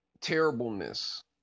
terribleness